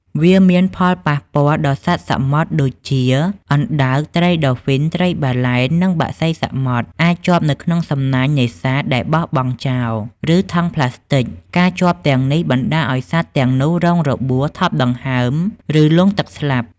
វាមានផលប៉ះពាល់ដល់សត្វសមុទ្រដូចជាអណ្តើក ត្រីដូហ្វីន ត្រីបាឡែន និងបក្សីសមុទ្រ អាចជាប់នៅក្នុងសំណាញ់នេសាទដែលបោះបង់ចោល ឬថង់ប្លាស្ទិក ការជាប់ទាំងនេះបណ្តាលឱ្យសត្វទាំងនោះរងរបួស ថប់ដង្ហើម ឬលង់ទឹកស្លាប់។